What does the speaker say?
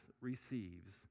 receives